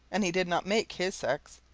and he did not make his sex.